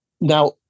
Now